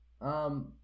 Um-